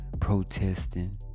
Protesting